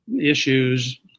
issues